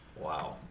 Wow